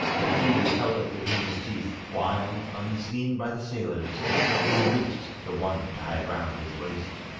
and tiidu held it between his teeth, while, unseen by the sailors he loosed the one tied round his waist.